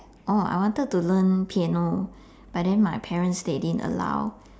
oh I wanted to learn piano but then my parents they didn't allow